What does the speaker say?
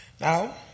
Now